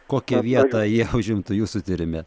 kokią vietą jie užimtų jūsų tyrime